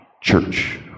church